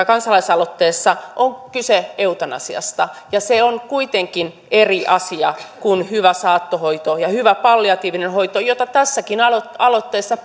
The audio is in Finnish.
kansalaisaloitteessa on kyse eutanasiasta ja se on kuitenkin eri asia kuin hyvä saattohoito ja hyvä palliatiivinen hoito jota tässäkin aloitteessa aloitteessa